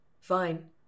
Fine